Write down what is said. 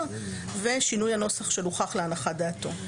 ושינוי הנוסח של "הוכח להנחת דעתו".